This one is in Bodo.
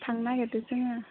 थांनो नागेरदो जोङो